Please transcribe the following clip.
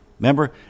Remember